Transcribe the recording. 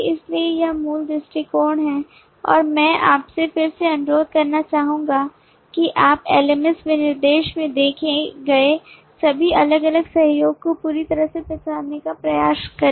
इसलिए यह मूल दृष्टिकोण है और मैं आपसे फिर से अनुरोध करना चाहूंगा कि आप LMS विनिर्देश में देखे गए सभी अलग अलग सहयोगों को पूरी तरह से पहचानने का प्रयास करें